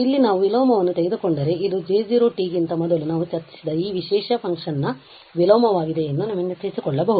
ಮತ್ತು ಇಲ್ಲಿ ನಾವು ವಿಲೋಮವನ್ನು ತೆಗೆದುಕೊಂಡರೆ ಇದು J0 ಗಿಂತ ಮೊದಲು ನಾವು ಚರ್ಚಿಸಿದ ಈ ವಿಶೇಷ ಫಂಕ್ಷನ್ ನ ವಿಲೋಮವಾಗಿದೆ ಎಂದು ನೆನಪಿಸಿಕೊಳ್ಳಬಹುದು